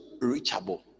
reachable